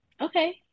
Okay